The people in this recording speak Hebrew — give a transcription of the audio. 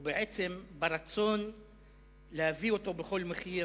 או בעצם ברצון להביא אותו בכל מחיר,